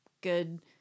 good